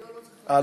אה,